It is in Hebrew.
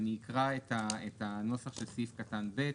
אני אקרא את הנוסח של סעיף קטן (ב):